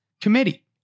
committee